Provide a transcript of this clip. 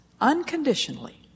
unconditionally